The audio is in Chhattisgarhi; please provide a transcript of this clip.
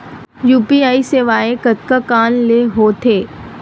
यू.पी.आई सेवाएं कतका कान ले हो थे?